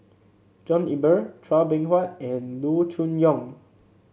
John Eber Chua Beng Huat and Loo Choon Yong